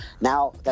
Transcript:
Now